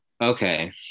okay